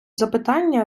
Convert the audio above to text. запитання